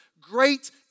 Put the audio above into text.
great